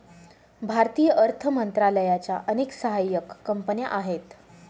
भारतीय अर्थ मंत्रालयाच्या अनेक सहाय्यक कंपन्या आहेत